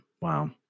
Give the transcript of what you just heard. Wow